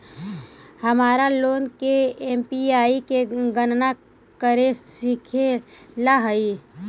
हमारा लोन की ई.एम.आई की गणना करे सीखे ला हई